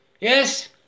Yes